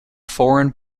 foreign